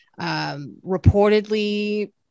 reportedly